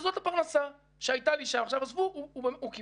זאת אומרת שמהמועד שבו מסרנו להם ארבע פינות של מגרש שבו הם